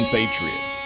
Patriots